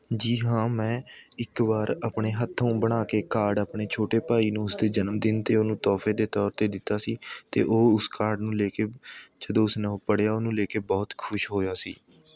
ਜੀ ਹਾਂ ਮੈਂ ਇੱਕ ਵਾਰ ਆਪਣੇ ਹੱਥੋਂ ਬਣਾ ਕੇ ਕਾਰਡ ਆਪਣੇ ਛੋਟੇ ਭਾਈ ਨੂੰ ਉਸਦੇ ਜਨਮਦਿਨ 'ਤੇ ਉਹਨੂੰ ਤੋਹਫੇ ਦੇ ਤੌਰ 'ਤੇ ਦਿੱਤਾ ਸੀ ਅਤੇ ਉਹ ਉਸ ਕਾਰਡ ਨੂੰ ਲੈ ਕੇ ਜਦੋਂ ਉਸਨੂੰ ਪੜ੍ਹਿਆ ਉਹਨੂੰ ਲੈ ਕੇ ਬਹੁਤ ਖੁਸ਼ ਹੋਇਆ ਸੀ